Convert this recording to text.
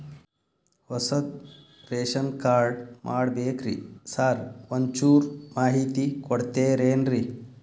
ಹೊಸದ್ ration card ಮಾಡ್ಬೇಕ್ರಿ sir ಒಂಚೂರ್ ಮಾಹಿತಿ ಕೊಡ್ತೇರೆನ್ರಿ?